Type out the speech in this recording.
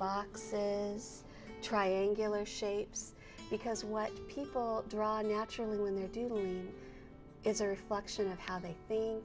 boxes triangular shapes because what people draw naturally when they're doing is a reflection of how they think